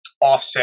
offset